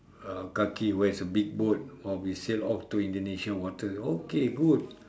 uh kaki who has a big boat oh we sail off to indonesian water okay good